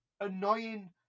annoying